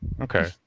okay